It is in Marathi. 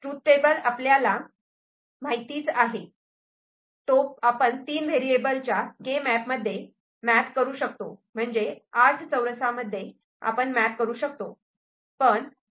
ट्रूथ टेबल आपल्याला माहितीच आहे तो आपण तीन व्हेरिएबल च्या केमॅप मध्ये मॅप करू शकतो म्हणजे आठ चौरस मध्ये आपण मॅप करू शकतो